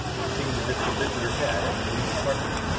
it seemed as if the visitor had, at least partly,